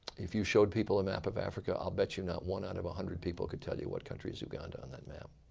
if you showed people a map of africa, i'll bet you not one out of one hundred people could tell you what country is uganda on that map.